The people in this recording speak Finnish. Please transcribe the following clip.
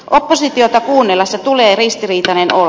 oppositiota kuunnellessa tulee ristiriitainen olo